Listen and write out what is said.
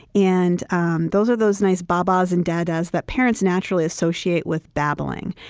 and um those are those nice ba-bas and da-das that parents naturally associate with babbling.